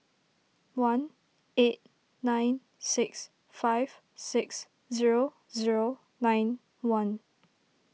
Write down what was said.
one eight nine six five six zero zero nine one